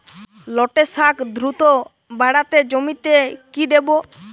লটে শাখ দ্রুত বাড়াতে জমিতে কি দেবো?